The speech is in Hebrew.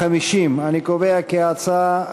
50. אני קובע כי ההצעה,